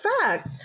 fact